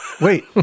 Wait